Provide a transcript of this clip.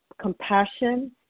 compassion